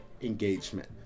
Engagement